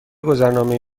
گذرنامه